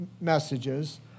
messages